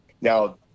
now